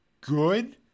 good